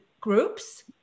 groups